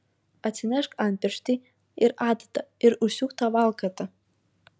atsinešk antpirštį ir adatą ir užsiūk tą valkatą